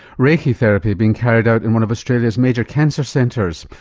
reiki therapy being carried out in one of australia's major cancer centres,